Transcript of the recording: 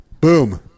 Boom